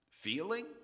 feeling